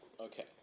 okay